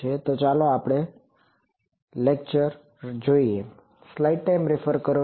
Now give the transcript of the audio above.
જે આપણો આ લેક્ચર રહેશે